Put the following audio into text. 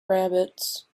rabbits